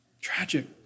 Tragic